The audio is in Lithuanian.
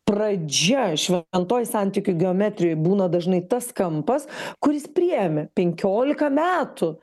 pradžia šventoj santykių geometrijoj būna dažnai tas kampas kuris priėmė penkiolika metų